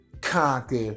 conquer